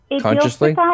consciously